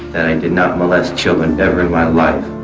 that i did not molest children, ever in my life.